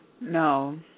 No